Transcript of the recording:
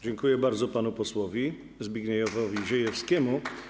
Dziękuję bardzo panu posłowi Zbigniewowi Ziejewskiemu.